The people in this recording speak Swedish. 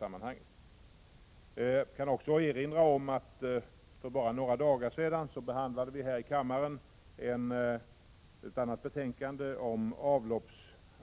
Jag vill också erinra om att vi för bara några dagar sedan här i kammaren behandlade ett betänkande om